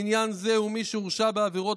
לעניין זה הוא מי שהורשע בעבירות